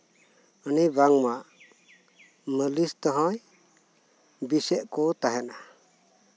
ᱩᱱᱤ ᱵᱟᱝᱢᱟ ᱢᱟᱞᱤᱥ ᱛᱮᱦᱚᱸᱭ ᱵᱮᱥᱮᱫ ᱠᱚ ᱛᱟᱦᱮᱸᱱᱟ